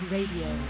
Radio